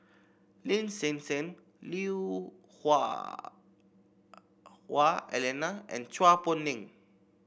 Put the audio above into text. Lin Hsin Hsin Lui Hah Wah Elena and Chua Poh Leng